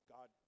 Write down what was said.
God